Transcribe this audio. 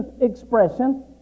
expression